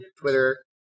Twitter